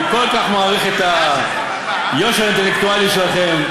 אני כל כך מעריך את היושר האינטלקטואלי שלכם.